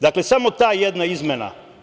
Dakle, samo ta jedna izmena.